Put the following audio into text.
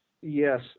yes